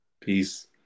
Peace